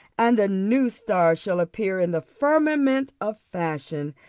and a new star shall appear in the firmament of fashion,